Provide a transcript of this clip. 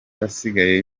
asigaye